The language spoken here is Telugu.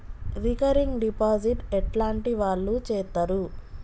రికరింగ్ డిపాజిట్ ఎట్లాంటి వాళ్లు చేత్తరు?